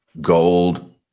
gold